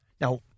Now